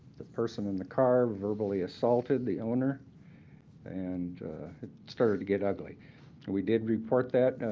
the person in the car verbally assaulted the owner and it started to get ugly. and we did report that.